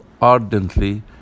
ardently